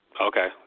Okay